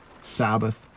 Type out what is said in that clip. sabbath